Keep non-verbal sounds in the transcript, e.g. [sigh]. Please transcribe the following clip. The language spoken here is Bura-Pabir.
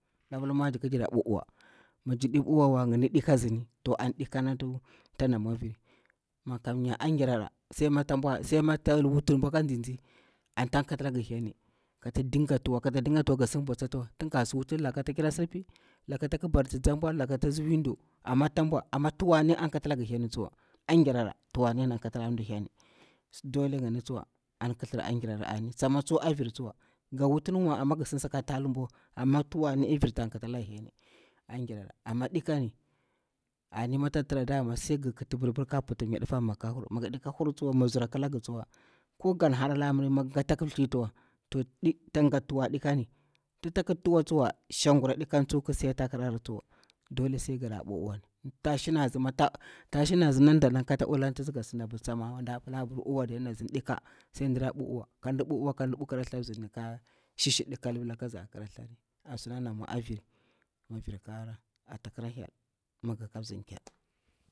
Nɗa pila mwajiri ka jirra ɓu uwa, mi njira ɗi ra ɓu uwarwa, ngini nɗika ana tsini ngini nɗika nati tana mwa ariri, mi kamnya angerara sai mi ta bwa, anti wul a tsitsi anti ta katalanga heni, kata ɗinga tuwa, kata ɗinga tuwa, nga sin bwati ta tawa, tin ngasi wut laka ta kira sirpi, laka tak barti nzanbwa, laka tatsi window, amma tuwa ni a kata langa hem tsuwa, angerara tuwani ana kata la mɗa heni, ngini an ƙthiar angerara, ga wutiniwa amma ga sidi sakan ti tsa lubwawa, an kthirir ange rara, amma ndikani ani mi tak tiramta sai ngi kitsi biur bur kera puta ata mnya difa nga mi ngi ka hur, mi nga ɗi ka hur tsuwa, mi mzir a kila nga tsuwa ko gan harari miri, mi tsak thli tuwa ti ta ngat tuwa nɗi kam, to shagurar nɗikani ki si a ta ki rari tsuwa, dole sai ngira ɓu uwani, ta shinanzi nan da nan kata ulan ti tsi tin nga pila nɗikan diya ana tsini sai ndira ɓu uwani, kadi ɓu uwani kan ɓu kira tha nga kamnya mziani ka shishn ɗinka ni kata libila kaza nzari, an suna ana mwa aviri, mi vir ƙi hara atakar. [unintelligible]